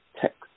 text